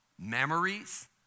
memories